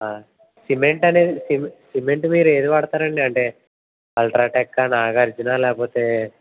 cement అనేది సిమెం cement మీరు ఏది వాడతారండీ అంటే అల్ట్రా టెక్ ఆ నాగార్జున లేకపోతే